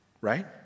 Right